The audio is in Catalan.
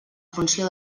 funció